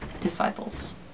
disciples